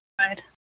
Right